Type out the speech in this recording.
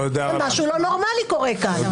משהו לא נורמלי קורה כאן.